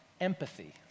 empathy